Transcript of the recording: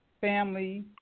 family